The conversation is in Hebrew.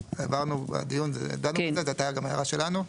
הבהרנו בדיון, דנו בזה, זו הייתה גם הערה שלנו.